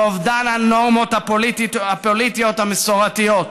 ואובדן הנורמות הפוליטיות המסורתיות.